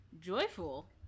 joyful